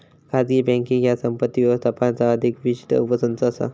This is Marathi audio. खाजगी बँकींग ह्या संपत्ती व्यवस्थापनाचा अधिक विशिष्ट उपसंच असा